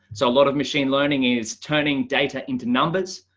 so a lot of machine learning is turning data into numbers,